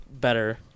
better